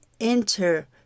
enter